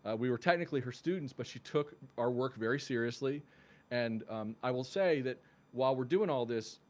ah we were technically her students but she took our work very seriously and i will say that while we're doing all this,